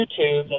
YouTube